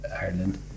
Ireland